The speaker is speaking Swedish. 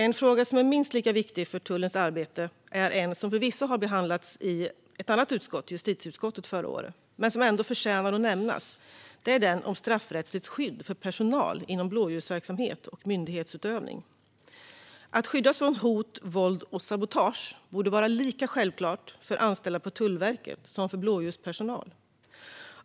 En fråga som är minst lika viktig för tullens arbete och som förvisso har behandlats i ett annat utskott - justitieutskottet - förra året men som ändå förtjänar att nämnas är den om straffrättsligt skydd för personal inom blåljusverksamhet och myndighetsutövning. Att skyddas från hot, våld och sabotage borde vara lika självklart för anställda på Tullverket som för blåljuspersonal.